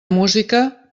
música